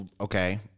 okay